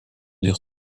dure